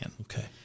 Okay